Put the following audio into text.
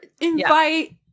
invite